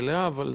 ואז